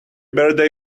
birthday